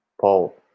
Paul